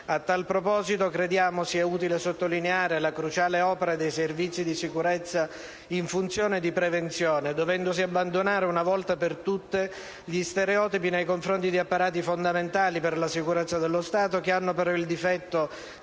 A tal proposito, crediamo sia utile sottolineare la cruciale opera dei servizi di sicurezza in funzione di prevenzione, dovendosi abbandonare, una volta per tutte, gli stereotipi ed i pregiudizi nei confronti di apparati fondamentali per la sicurezza dello Stato che hanno, però, il difetto